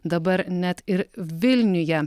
dabar net ir vilniuje